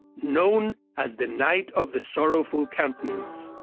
known as the knight of the sorrowful countenance.